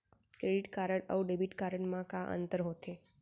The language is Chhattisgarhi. क्रेडिट कारड अऊ डेबिट कारड मा का अंतर होथे?